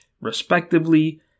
respectively